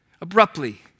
abruptly